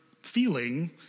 feeling